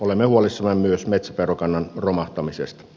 olemme huolissamme myös metsäpeurakannan romahtamisesta